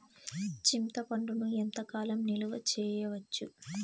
చింతపండును ఎంత కాలం నిలువ చేయవచ్చు?